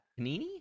panini